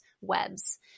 webs